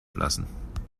lassen